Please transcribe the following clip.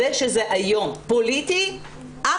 זה שזה היום פוליטי,